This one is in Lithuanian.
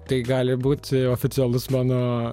tai gali būti oficialus mano